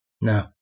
No